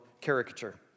caricature